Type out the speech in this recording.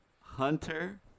Hunter